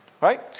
right